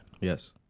Yes